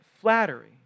flattery